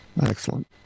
Excellent